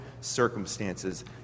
circumstances